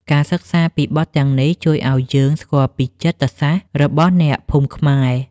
ការសិក្សាពីបទទាំងនេះ ជួយឱ្យយើងស្គាល់ពីចិត្តសាស្ត្ររបស់អ្នកភូមិខ្មែរ។